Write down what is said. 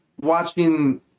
watching